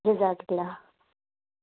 جزاک اللہ